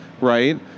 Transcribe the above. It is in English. right